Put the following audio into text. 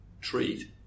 treat